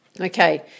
Okay